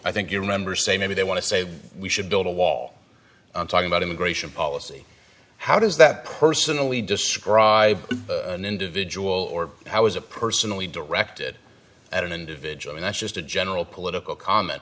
i think your members say maybe they want to say we should build a wall on talking about immigration policy how does that personally describe an individual or how is it personally directed at an individual and that's just a general political comment